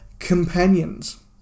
Companions